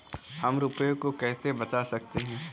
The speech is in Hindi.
हम रुपये को कैसे बचा सकते हैं?